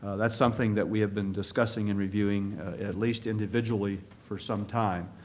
that's something that we have been discussing and reviewing at least individually for some time